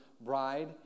bride